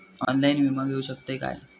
Online विमा घेऊ शकतय का?